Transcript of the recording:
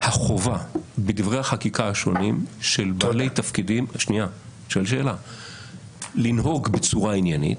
החובה בדברי החקיקה השונים של בעלי תפקידים לנהוג בצורה עניינית,